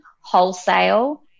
wholesale